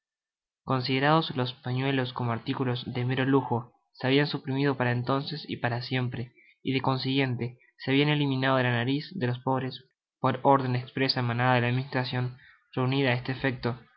considerados los pañuelos como artículos de mero lu jo se habian suprimido para entonces y para siempre y de consiguiente se habian eliminado de la nariz de los pobres por orden expresa emanada de la administracion reunida á este efecto